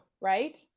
right